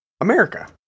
America